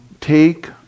take